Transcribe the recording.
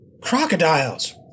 Crocodiles